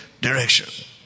direction